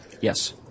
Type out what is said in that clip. Yes